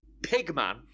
Pigman